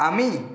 আমি